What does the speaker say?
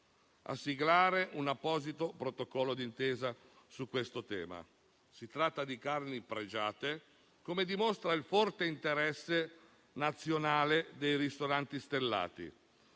a siglare un apposito protocollo di intesa su questo tema. Si tratta di carni pregiate, come dimostra il forte interesse nazionale dei ristoranti stellati.